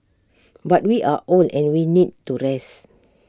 but we are old and we need to rest